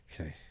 Okay